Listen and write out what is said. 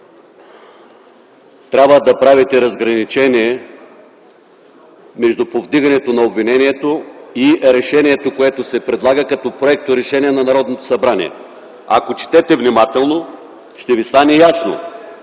трябва да правите разграничение между повдигането на обвинението и решението, което се предлага като проекторешение на Народното събрание. Ако четете внимателно, ще Ви стане ясно